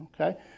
Okay